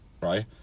right